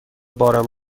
بارم